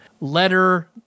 letter